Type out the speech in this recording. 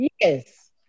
Yes